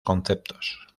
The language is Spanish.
conceptos